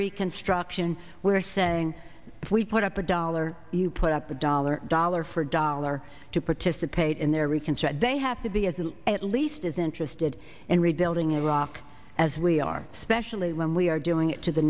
reconstruction we are saying if we put up a dollar you put up a dollar dollar for dollar to participate in their reconstruct they have to be as and at least as interested in read building in iraq as we are specially when we are doing it to the